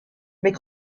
mais